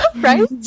Right